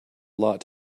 lot